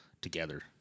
together